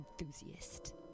enthusiast